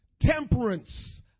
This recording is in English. temperance